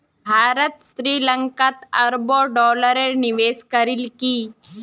भारत श्री लंकात अरबों डॉलरेर निवेश करील की